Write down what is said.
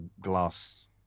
glass